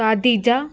Khatija